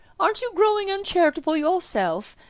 aren't you growing uncharitable yourself?